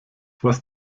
was